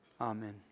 Amen